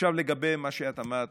עכשיו לגבי מה שאת אמרת,